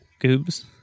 goobs